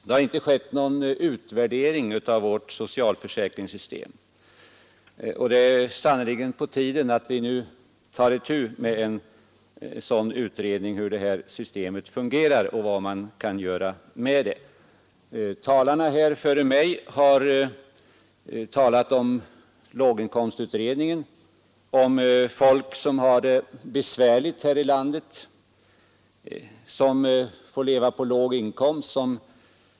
Det har inte skett någon utvärdering av vårt socialförsäkringssystem. Det är sannerligen på tiden att vi nu tar itu med en utredning om hur detta system fungerar och vad man kan göra med det. Talarna före mig har talat om låginkomstutredningen, om folk som har det besvärligt här i landet och som får leva på låg inkomst.